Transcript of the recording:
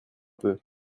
peu